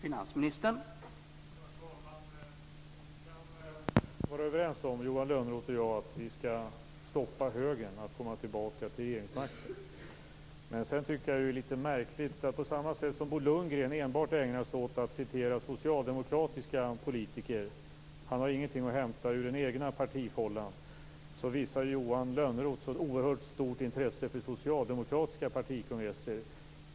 Herr talman! Johan Lönnroth och jag kan vara överens om att vi skall stoppa högern att komma tillbaka till regeringsmakten. Men sedan är en sak märkligt. Precis som Bo Lundgren enbart ägnar sig åt att citera socialdemokratiska politiker - han har ingenting att hämta ur den egna partifållan - visar Johan Lönnroth så oerhört stort intresse för socialdemokratiska partikongresser.